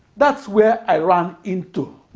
that's where i ran into